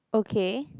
okay